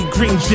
Green